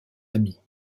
amis